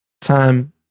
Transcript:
time